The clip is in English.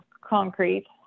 concrete